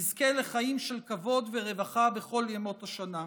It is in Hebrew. יזכה לחיים של כבוד ורווחה בכל ימות השנה.